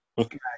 Okay